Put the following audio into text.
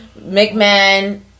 McMahon